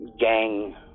Gang